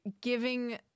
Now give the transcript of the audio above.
giving